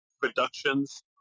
productions